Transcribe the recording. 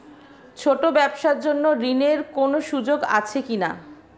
ছোট ব্যবসার জন্য ঋণ এর কোন সুযোগ আছে কি না?